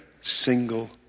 single